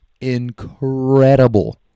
incredible